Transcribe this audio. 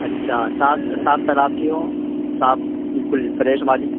اچھا سات صاف تالاب کی ہو صاف بالکل فریش والی